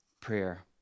prayer